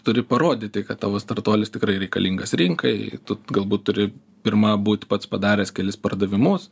turi parodyti kad tavo startuolis tikrai reikalingas rinkai tu galbūt turi pirma būt pats padaręs kelis pardavimus